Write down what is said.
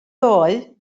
ddoe